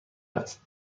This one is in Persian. است